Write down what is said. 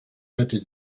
hätte